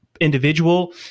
individual